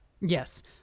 Yes